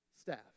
staff